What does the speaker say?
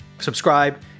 subscribe